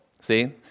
See